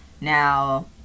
Now